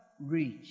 reach